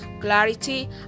clarity